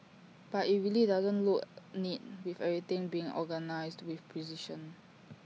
but IT really doesn't look neat with everything being organised with precision